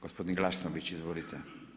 Gospodin Glasnović, izvolite.